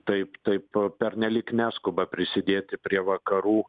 taip taip pernelyg neskuba prisidėti prie vakarų